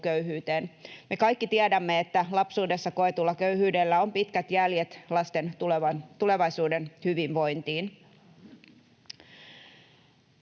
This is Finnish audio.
Me kaikki tiedämme, että lapsuudessa koetulla köyhyydellä on pitkät jäljet lasten tulevaisuuden hyvinvointiin.